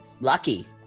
lucky